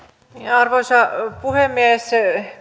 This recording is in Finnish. arvoisa puhemies